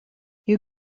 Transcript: you